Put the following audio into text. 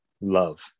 love